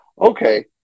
Okay